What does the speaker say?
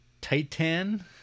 Titan